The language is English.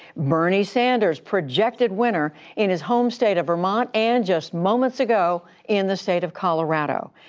bernie sanders, projected winner in his home state of vermont and just moments ago in the state of colorado.